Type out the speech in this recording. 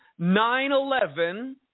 9-11